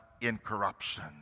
incorruption